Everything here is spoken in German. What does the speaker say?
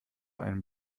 einen